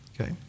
okay